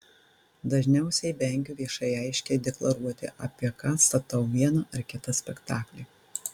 dažniausiai vengiu viešai aiškiai deklaruoti apie ką statau vieną ar kitą spektaklį